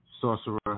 Sorcerer